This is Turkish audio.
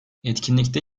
etkinlikte